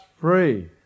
free